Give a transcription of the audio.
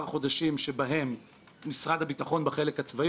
חודשים שבהם משרד הביטחון בחלק הצבאי,